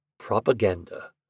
Propaganda